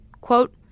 quote